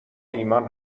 ایمان